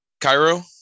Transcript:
Cairo